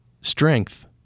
strength